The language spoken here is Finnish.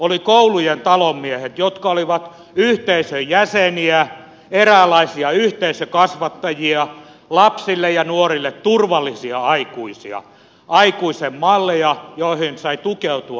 oli koulujen talonmiehet jotka olivat yhteisön jäseniä eräänlaisia yhteisökasvattajia lapsille ja nuorille turvallisia aikuisia aikuisen malleja joihin sai tukeutua